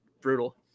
brutal